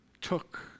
took